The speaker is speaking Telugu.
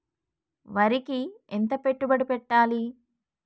వరికి ఎంత పెట్టుబడి పెట్టాలి?